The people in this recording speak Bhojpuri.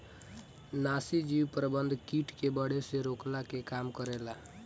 नाशीजीव प्रबंधन किट के बढ़े से रोकला के काम करेला